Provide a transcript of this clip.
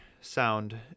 sound